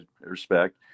respect